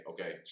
Okay